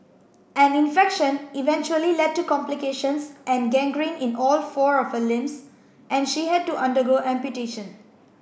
an infection eventually led to complications and gangrene in all four of her limbs and she had to undergo amputation